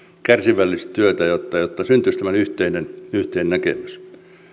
kärsivällistä työtä jotta jotta syntyisi tämmöinen yhteinen näkemys